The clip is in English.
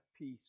peace